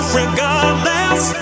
regardless